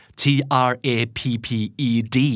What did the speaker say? trapped